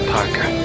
Parker